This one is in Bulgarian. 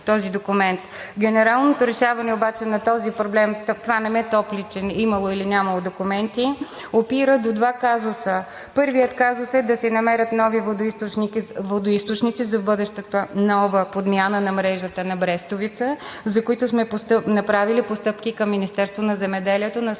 този документ. Генералното решаване обаче на този проблем – това не ме топли, че имало или нямало документи, опира до два казуса. Първият казус е да се намерят нови водоизточници за бъдещата нова подмяна на мрежата на Брестовица, за които сме направили постъпки към Министерството на земеделието. Насочили